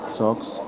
talks